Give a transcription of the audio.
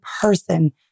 person